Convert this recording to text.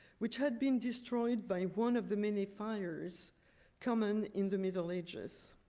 which had been destroyed by one of the many fires common in the middle ages.